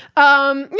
um, you